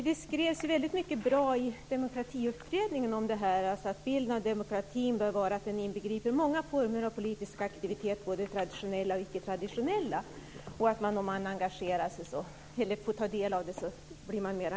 Det skrevs mycket bra i demokratiutredningen om detta: Bilden av demokratin bör vara att den inbegriper många former av politisk aktivitet, både traditionella och icke traditionella och att man blir mer engagerad om man får ta del av det.